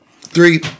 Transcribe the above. three